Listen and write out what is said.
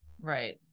Right